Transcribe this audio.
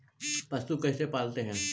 पशु क्यों पालते हैं?